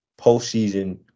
postseason